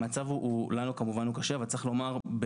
המצב כמובן קשה לנו אבל צריך לומר,